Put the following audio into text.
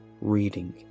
reading